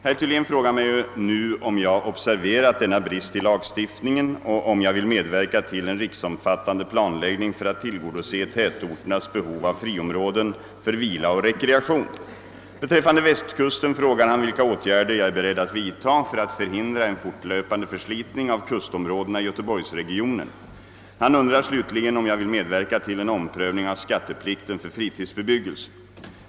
Herr Thylén frågar mig nu, om jag observerat denna brist i lagstiftningen och om jag vill medverka till en riksomfattande planläggning för att tillgodose tätorternas behov av friområden för vila och rekreation. Beträffande västkusten frågar han vilka åtgärder jag är beredd att vidta för att förhindra en fortlöpande förslitning av kustområdena i göteborgsregionen. Han undrar slutligen, om jag vill medverka till en omprövning av skatteplikten för fritidsbebyggelse.